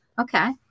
Okay